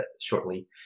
shortly